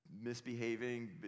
misbehaving